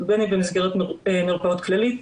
ובין אם במסגרת מרפאות כללית